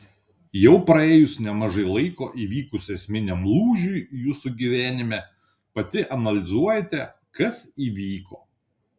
jau praėjus nemažai laiko įvykus esminiam lūžiui jūsų gyvenime pati analizuojate kas įvyko